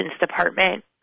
department